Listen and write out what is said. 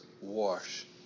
wash